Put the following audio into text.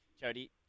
Jody